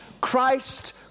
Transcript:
Christ